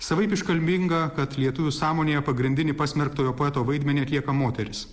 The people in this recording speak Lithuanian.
savaip iškalbinga kad lietuvių sąmonėje pagrindinį pasmerktojo poeto vaidmenį atlieka moteris